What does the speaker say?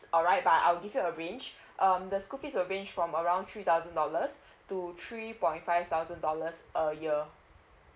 alright but I'll give you a range um the school fees a range from around three thousand dollars to three point five thousand dollars a year